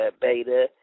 Beta